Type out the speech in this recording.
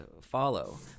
follow